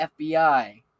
FBI